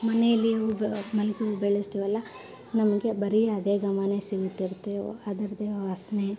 ಮನೆಯಲ್ಲಿ ಹೂವು ಮಲ್ಲಿಗೆ ಹೂವು ಬೆಳೆಸ್ತೀವಲ್ಲ ನಮಗೆ ಬರೀ ಅದೇ ಘಮನೇ ಸಿಗ್ತಿರುತ್ತೆ ಅದರದ್ದೇ ವಾಸನೆ